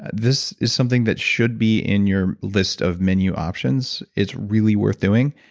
this is something that should be in your list of menu options. it's really worth doing.